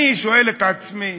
אני שואל את עצמי